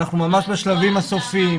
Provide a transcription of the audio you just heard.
אנחנו ממש בשלבים הסופיים.